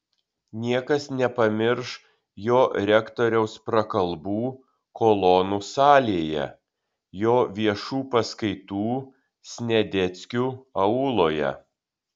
niekas nepamirš jo rektoriaus prakalbų kolonų salėje jo viešų paskaitų sniadeckių auloje